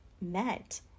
met